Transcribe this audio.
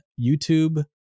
youtube